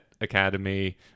Academy